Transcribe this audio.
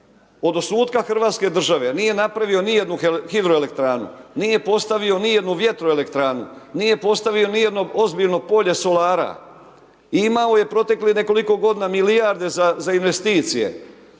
od osnutka hrvatske države nije napravio nijednu hidroelektranu, nije postavio nijednu vjetroelektranu, nije postavio nijedno ozbiljno polje solara, imao je proteklih nekoliko godina milijarde za investicije.